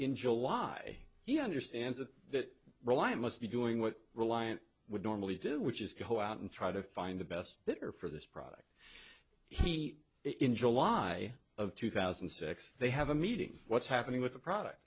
in july he understands that reliant must be doing what reliance would normally do which is go out and try to find the best butter for this product he in july of two thousand and six they have a meeting what's happening with the product